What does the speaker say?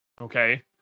Okay